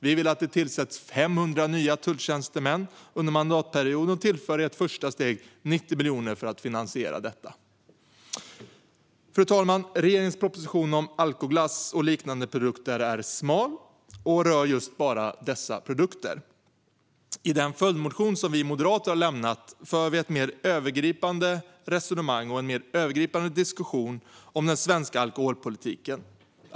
Vi vill att det tillsätts 500 nya tulltjänstemän under mandatperioden och tillför i ett första steg 90 miljoner kronor för att finansiera detta. Fru talman! Regeringens proposition om alkoglass och liknande produkter är smal och rör just bara dessa produkter. I den följdmotion som vi moderater har lämnat för vi ett mer övergripande resonemang och en mer övergripande diskussion om den svenska alkoholpolitiken.